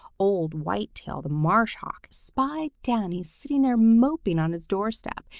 old whitetail the marsh hawk spied danny sitting there moping on his doorstep,